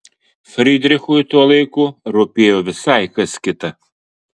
frydrichui tuo laiku rūpėjo visai kas kita